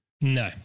No